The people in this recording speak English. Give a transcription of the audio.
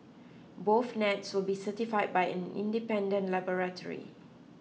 both nets will be certify by an independent laboratory